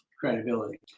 credibility